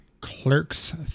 Clerks